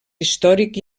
històric